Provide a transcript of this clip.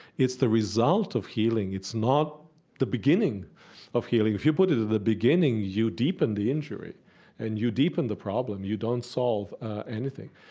it's the result of healing it's not the beginning of healing. if you put it at the beginning, you deepen the injury and you deepen the problem. you don't solve anything.